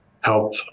help